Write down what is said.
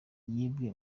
yibwe